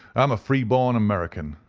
i'm a free-born american,